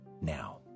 now